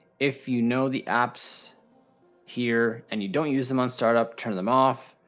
if you know the apps here and you don't use them on startup, turn them off.